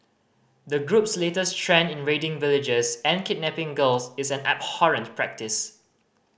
the group's latest trend in raiding villages and kidnapping girls is an abhorrent practice